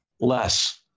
Less